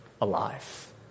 alive